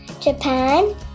Japan